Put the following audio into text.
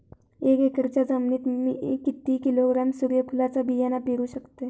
एक एकरच्या जमिनीत मी किती किलोग्रॅम सूर्यफुलचा बियाणा पेरु शकतय?